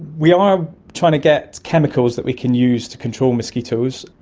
we are trying to get chemicals that we can use to control mosquitoes.